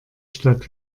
stadt